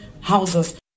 houses